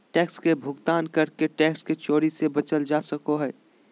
tax के भुगतान करके टैक्स के चोरी से बचल जा सको हय